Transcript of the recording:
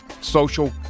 social